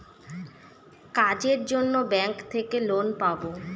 কাজের জন্য ব্যাঙ্ক থেকে লোন পাবো